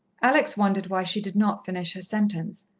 alex wondered why she did not finish her sentence,